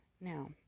Now